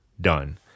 done